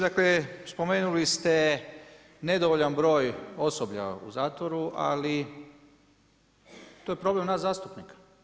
Dakle spomenuli ste nedovoljan broj osoblja u zatvoru, ali to je problem nas zastupnika.